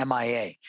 MIA